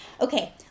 Okay